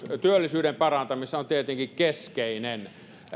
työllisyyden parantamisessa on tietenkin keskeinen